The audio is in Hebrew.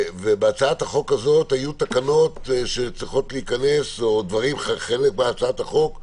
ובהצעת החוק הזאת היו תקנות שצריכות להיכנס או חלק מהצעת החוק היה